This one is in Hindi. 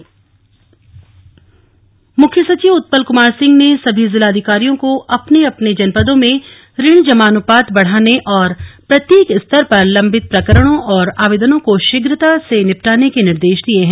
बैंकर्स बैठक मुख्य सचिव उत्पल कुमार सिंह ने सभी जिलाधिकारियों को अपने अपने जनपदों में ऋण जमा अनुपात बढ़ाने और प्रत्येक स्तर पर लम्बित प्रकरणों और आवेदनों को शीघ्रता से निपटाने के निर्देश दिये है